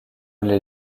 les